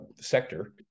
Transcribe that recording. sector